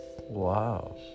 Wow